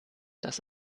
dass